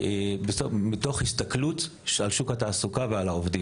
מתוך הסתכלות על שוק התעסוקה ועל העובדים.